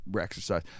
exercise